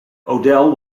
odell